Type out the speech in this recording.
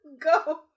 Go